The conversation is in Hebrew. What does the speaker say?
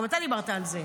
גם אתה דיברת על זה,